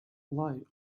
lie